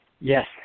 Yes